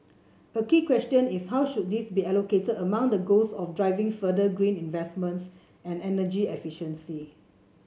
a key question is how should these be allocated among the goals of driving further green investments and energy efficiency